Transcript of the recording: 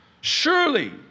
Surely